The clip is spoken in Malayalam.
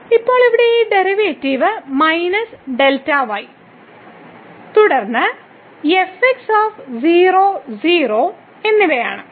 ഇപ്പോൾ ഇവിടെ ഈ ഡെറിവേറ്റീവ് Δy തുടർന്ന് 00 എന്നിവയാണ്